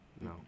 No